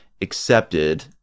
accepted